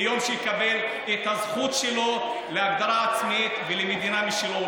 ביום שהוא יקבל את הזכות שלו להגדרה עצמית ולמדינה משלו.